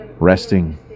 resting